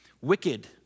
Wicked